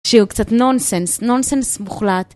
שיהיו קצת נונסנס, נונסנס מוחלט.